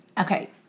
Okay